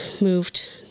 moved